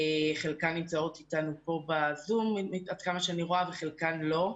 חלקם נמצאות אתנו כאן ב-זום עד כמה שאני רואה וחלקן לא.